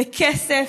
בכסף,